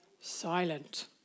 silent